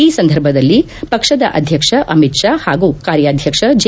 ಈ ಸಂದರ್ಭದಲ್ಲಿ ಪಕ್ಷದ ಅಧ್ಯಕ್ಷ ಅಮಿತ್ ಷಾ ಹಾಗೂ ಕಾರ್ಯಾಧ್ವಕ್ಷ ಜೆ